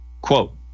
quote